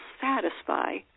satisfy